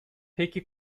peki